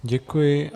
Děkuji.